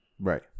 Right